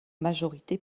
majorité